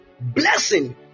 Blessing